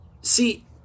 see